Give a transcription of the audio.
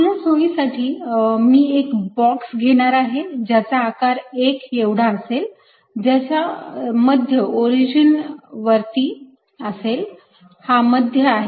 आपल्या सोयीसाठी मी एक बॉक्स घेणार आहे ज्याचा आकार 1 एवढा असेल ज्याचा मध्य ओरिजिन वरती असेल हा मध्य आहे